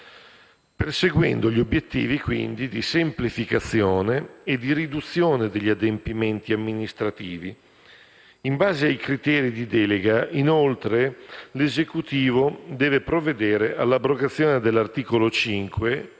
perseguendo gli obiettivi di semplificazione e di riduzione degli adempimenti amministrativi. In base ai criteri di delega, inoltre, l'Esecutivo deve provvedere alla abrogazione dell'articolo 5